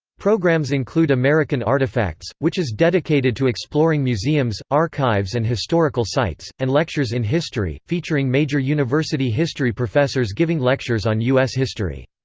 programs include american artifacts, which is dedicated to exploring museums, archives and historical sites, and lectures in history, featuring major university history professors giving lectures on u s. history.